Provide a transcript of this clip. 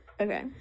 Okay